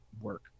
work